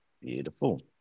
Beautiful